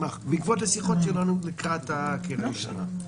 לפי השיחה שלנו לקראת קריאה ראשונה.